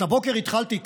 את הבוקר התחלתי כאן,